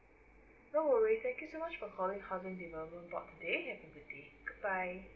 no worry thank you so much for calling housing development board today have a good day goodbye